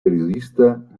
periodista